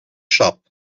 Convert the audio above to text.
shop